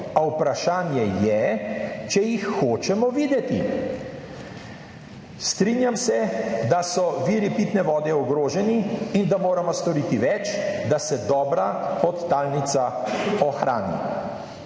a vprašanje je, če jih hočemo videti. Strinjam se, da so viri pitne vode ogroženi in da moramo storiti več, da se dobra podtalnica ohrani.